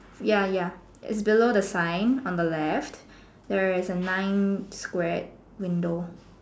ya ya it's below the sign on the left there is a nine square window